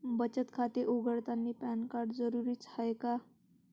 बचत खाते उघडतानी पॅन कार्ड जरुरीच हाय का?